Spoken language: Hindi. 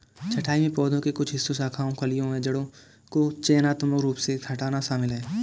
छंटाई में पौधे के कुछ हिस्सों शाखाओं कलियों या जड़ों को चयनात्मक रूप से हटाना शामिल है